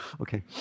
Okay